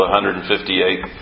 158